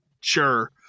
Sure